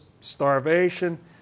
starvation